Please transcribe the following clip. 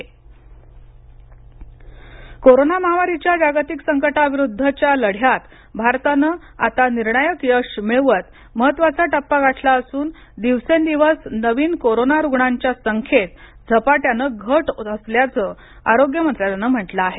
Covid update corona महामारीच्या जागतिक संकटाविरुद्धच्या लढ्यात भारताने आता निर्णायक यश मिळवत महत्वाचा टप्पा गाठला असून दिवसेंदिवस नवीन कोरोना रुग्णांच्या संख्येत स्पाट्यानं घट होत असल्याचआरोग्य मंत्रालयाने म्हंटल आहे